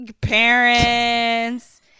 parents